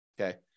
okay